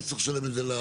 או שצריך לשלם את זה ?